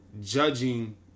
judging